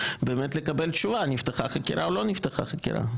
באמת לקבל תשובה: נפתחה חקירה או לא נפתחה חקירה?